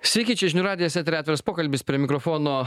sveiki čia žinių radijas etery atviras pokalbis prie mikrofono